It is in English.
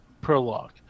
prologue